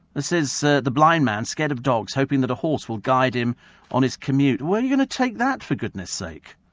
this is the the blind man scared of dogs hoping that a horse will guide him on his commute. where are you going to take that, for goodness sake?